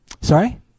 Sorry